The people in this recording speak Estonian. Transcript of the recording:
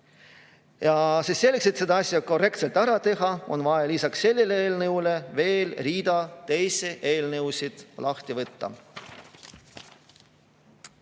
on. Selleks, et see asi korrektselt ära teha, on vaja lisaks sellele eelnõule veel rida teisi seadusi lahti võtta.